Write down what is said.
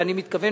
ואני מתכוון,